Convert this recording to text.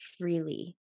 freely